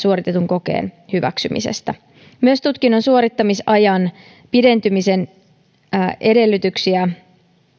suoritetun kokeen hyväksymisestä myös tutkinnon suorittamisajan pidentymisen edellytyksiä